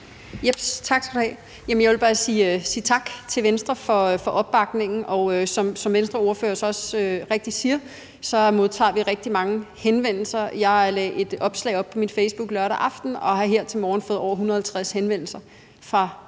jeg vil bare sige tak til Venstre for opbakningen. Som Venstres ordfører også rigtigt siger, modtager vi rigtig mange henvendelser. Jeg lagde et opslag på min Facebook lørdag aften og har her til morgen fået over 150 henvendelser fra rigtig,